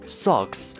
socks